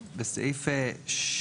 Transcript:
אז בסעיף 80ב,